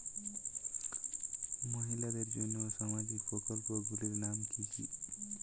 মহিলাদের জন্য সামাজিক প্রকল্প গুলির নাম কি কি?